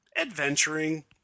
adventuring